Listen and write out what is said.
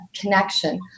connection